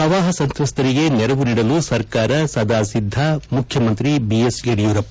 ಪ್ರವಾಹ ಸಂತ್ರಸ್ತರಿಗೆ ನೆರವು ನೀಡಲು ಸರ್ಕಾರ ಸದಾ ಸಿದ್ದ ಮುಖ್ಯಮಂತ್ರಿ ಬಿಎಸ್ ಯಡಿಯೊರಪ್ಪ